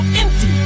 empty